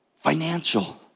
Financial